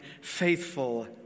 faithful